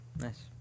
Nice